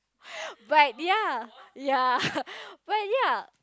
but yeah yeah but yeah